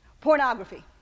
pornography